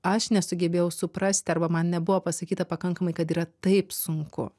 aš nesugebėjau suprasti arba man nebuvo pasakyta pakankamai kad yra taip sunku